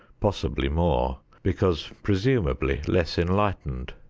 possibly more, because presumably less enlightened.